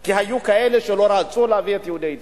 כי היו כאלה שלא רצו להביא את יהודי אתיופיה.